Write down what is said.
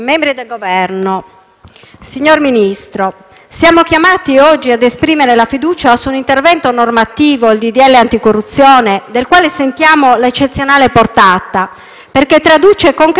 signor Ministro, siamo chiamati oggi ad esprimere la fiducia su un intervento normativo, il disegno di legge anticorruzione, del quale sentiamo l'eccezionale portata, perché traduce concretamente l'impegno,